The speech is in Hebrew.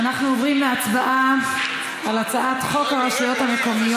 חבר הכנסת דוד ביטן.